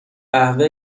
قهوه